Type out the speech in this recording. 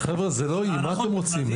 אבל, חבר'ה, זה לא היא, מה אתם רוצים?